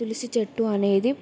తులసి చెట్టు అనేది